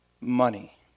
money